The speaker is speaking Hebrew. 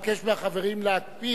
אבקש מהחברים להקפיד